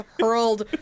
hurled